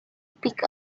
pick